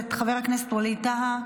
חבר הכנסת ווליד טאהא,